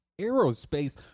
aerospace